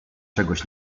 czegoś